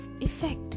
effect